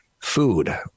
food